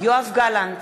יואב גלנט,